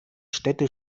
städte